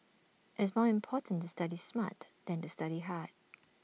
is more important to study smart than to study hard